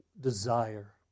desire